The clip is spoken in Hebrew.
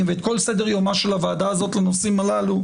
ואת כל סדר יומה של הוועדה הזאת לנושאים הללו,